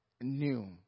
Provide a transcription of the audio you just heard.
new